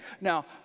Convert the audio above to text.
Now